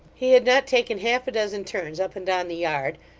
he had not taken half-a-dozen turns up and down the yard,